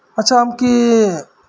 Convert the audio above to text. ᱟᱪᱪᱷᱟ ᱟᱢᱠᱤ